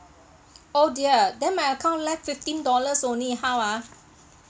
oh dear then my account left fifteen dollars only how ah